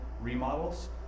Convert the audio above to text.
remodels